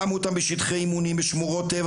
שמו אותם בשטחי אימונים ובשמורות טבע